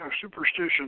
superstition